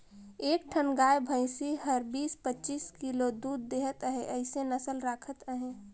एक ठन गाय भइसी हर बीस, पचीस किलो दूद देहत हे अइसन नसल राखत अहे